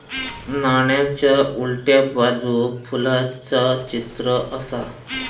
नाण्याच्या उलट्या बाजूक फुलाचा चित्र आसा